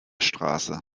straße